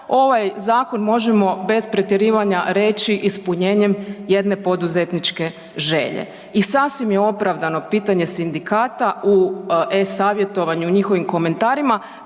ovaj zakon možemo bez pretjerivanja reći ispunjenjem jedne poduzetničke želje i sasvim je opravdano pitanje sindikata u e-savjetovanju, u njihovim komentarima,